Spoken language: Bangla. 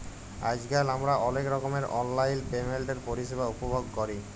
আইজকাল আমরা অলেক রকমের অললাইল পেমেল্টের পরিষেবা উপভগ ক্যরি